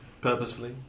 Purposefully